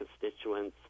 constituents